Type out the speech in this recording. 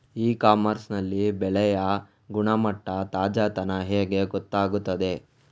E commerce ನಲ್ಲಿ ಬೆಳೆಯ ಗುಣಮಟ್ಟ, ತಾಜಾತನ ಹೇಗೆ ಗೊತ್ತಾಗುತ್ತದೆ?